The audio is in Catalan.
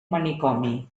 manicomi